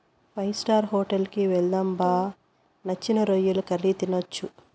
five star hotel కి వెళ్దాం బా నచ్చిన రొయ్యల కర్రీ తినొచ్చు